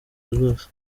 rwose